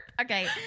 okay